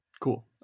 cool